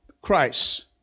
Christ